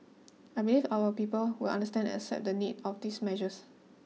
I believe our people will understand and accept the need of these measures